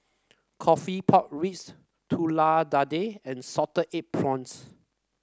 coffee Pork Ribs Telur Dadah and Salted Egg Prawns